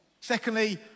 Secondly